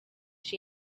she